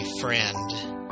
friend